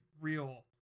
real